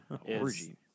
Orgy